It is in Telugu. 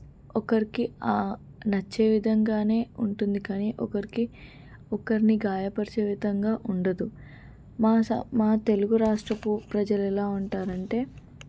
ఒకరికి నచ్చే విధంగానే ఉంటుంది కానీ ఒకరికి ఒకరిని గాయపరిచే విధంగా ఉండదు మా స మా తెలుగు రాష్ట్రపు ప్రజలు ఎలా ఉంటారంటే